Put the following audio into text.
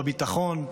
בביטחון,